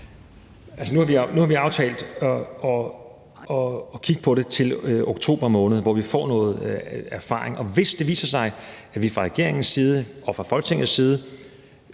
Nu har vi jo aftalt at kigge på det til oktober måned, hvor vi får noget erfaring. Og hvis det viser sig, at vi fra regeringens side og fra Folketingets side